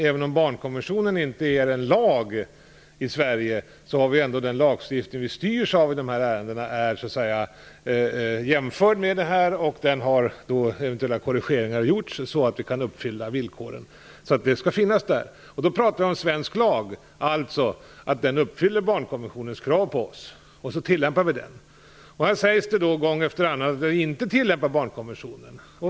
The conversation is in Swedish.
Även om barnkonventionen inte är lag i Sverige, är ändå den lagstiftning vi styrs av i de här ärendena jämförd med den. När eventuella korrigeringar har gjorts skall vi kunna uppfylla villkoren. De skall finnas där. Då pratar vi om att svensk lag uppfyller barnkonventionens krav på oss och så tillämpar vi den. Här sägs gång efter annan att vi inte tillämpar barnkonventionen.